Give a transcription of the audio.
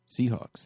Seahawks